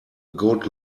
good